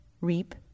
reap